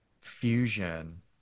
fusion